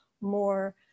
more